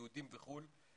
יהודים בחוץ לארץ,